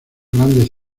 grandes